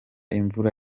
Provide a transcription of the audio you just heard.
imvura